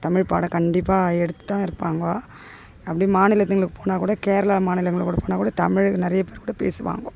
தமிழ் பாடம் கண்டிப்பாக எடுத்துதான் இருப்பாங்க அப்படி மாநிலங்களுக்கு போனால் கூட கேரளா மாநிலங்களுக்கு போனால் கூட தமிழ் நிறைய பேர் கூட பேசுவாங்கோ